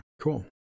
cool